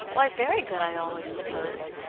why, very good, i always supposed.